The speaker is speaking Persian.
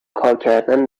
کارکردن